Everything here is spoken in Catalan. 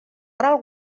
ral